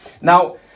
Now